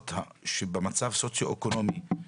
זה מה שנקרא "סיירת פנימית עירונית",